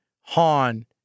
Han